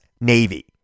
Navy